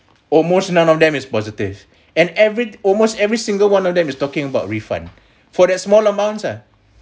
almost none of them is positive and every almost every single one of them is talking about refund for that small amounts ah